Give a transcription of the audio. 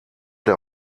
der